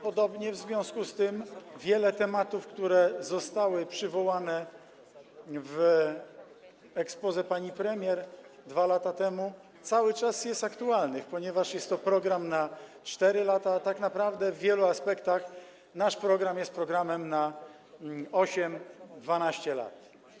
Podobnie w związku z tym wiele tematów, które zostały przywołane w exposé pani premier 2 lata temu, cały czas jest aktualnych, ponieważ jest to program na 4 lata, a tak naprawdę w wielu aspektach nasz program jest programem na 8–12 lat.